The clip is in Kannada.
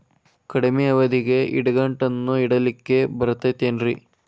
ಕಡಮಿ ಅವಧಿಗೆ ಇಡಿಗಂಟನ್ನು ಇಡಲಿಕ್ಕೆ ಬರತೈತೇನ್ರೇ?